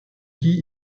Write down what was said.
qui